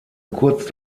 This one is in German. kurz